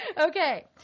Okay